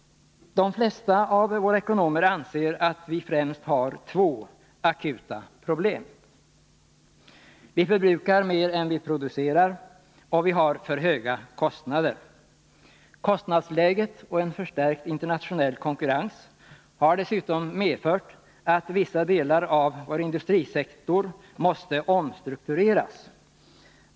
De flesta av våra ekonomer anser att vi främst har två akuta problem. Vi förbrukar mer än vi producerar, och vi har för höga kostnader. Kostnadsläget och en förstärkt internationell konkurrens har dessutom medfört att vissa delar av vår industrisektor måste omstruktureras.